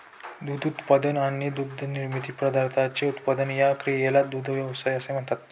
दूध उत्पादन आणि दुग्धनिर्मित पदार्थांचे उत्पादन या क्रियेला दुग्ध व्यवसाय असे म्हणतात